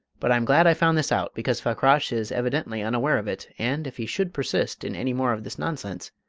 but i'm glad i found this out, because fakrash is evidently unaware of it, and, if he should persist in any more of this nonsense,